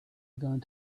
going